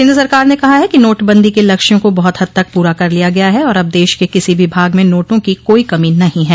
केन्द्र सरकार न कहा है कि नोटबंदी के लक्ष्यों को बहुत हद तक पूरा कर लिया गया है और अब देश के किसी भी भाग में नोटों की कोई कमी नहीं है